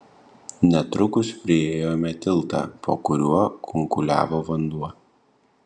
netrukus priėjome tiltą po kuriuo kunkuliavo vanduo